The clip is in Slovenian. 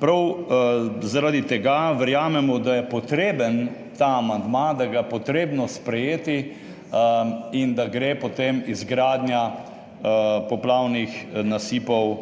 prav zaradi tega verjamemo, da je potreben ta amandma, da ga je potrebno sprejeti in da gre potem izgradnja poplavnih nasipov,